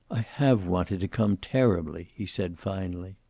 i have wanted to come, terribly, he said finally.